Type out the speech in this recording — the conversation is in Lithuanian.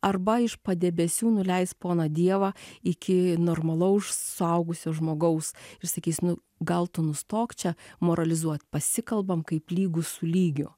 arba iš padebesių nuleis poną dievą iki normalaus suaugusio žmogaus ir sakys nu gal tu nustok čia moralizuot pasikalbam kaip lygus su lygiu